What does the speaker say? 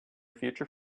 future